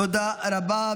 תודה רבה.